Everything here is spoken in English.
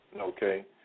okay